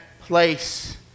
place